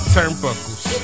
Turnbuckles